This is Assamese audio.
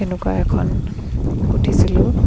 তেনেকুৱা এখন গুঠিছিলোঁ